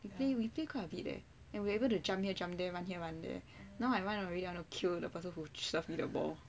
we play quite a bit eh and we were able to jump here jump there run here run there now I run already I want to kill the person who shot the ball